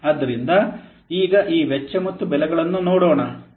ಆದ್ದರಿಂದ ಈಗ ಈ ವೆಚ್ಚ ಮತ್ತು ಬೆಲೆಗಳನ್ನು ನೋಡೋಣ